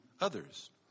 others